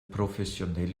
professionell